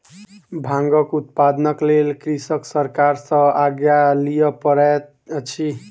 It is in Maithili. भांगक उत्पादनक लेल कृषक सरकार सॅ आज्ञा लिअ पड़ैत अछि